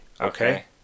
okay